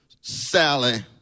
Sally